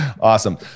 Awesome